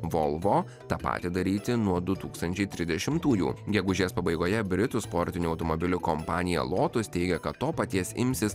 volvo tą patį daryti nuo du tūkstančiai trisdešimtųjų gegužės pabaigoje britų sportinių automobilių kompanija lotus teigia kad to paties imsis